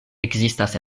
ekzistas